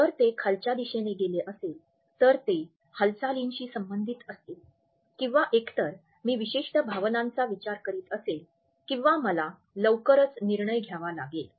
जर ते खालच्या दिशेने गेले असेल तर ते हालचालींशी संबंधित असेल किंवा एकतर मी विशिष्ट भावनांचा विचार करीत असेल किंवा मला लवकरच निर्णय घ्यावा लागेल